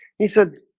he said